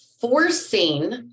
forcing